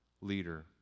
leader